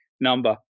number